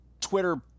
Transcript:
Twitter